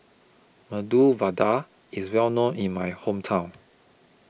Medu Vada IS Well known in My Hometown